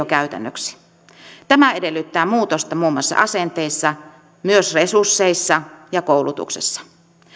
käytännöksi tämä edellyttää muutosta muun muassa asenteissa myös resursseissa ja koulutuksessa